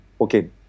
okay